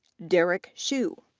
derek shu,